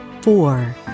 four